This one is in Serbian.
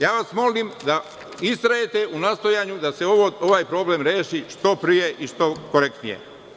Ja vas molim da istrajete u nastojanju da se ovaj problem reši što pre i što korektnije.